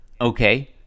Okay